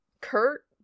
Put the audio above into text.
Kurt